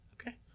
Okay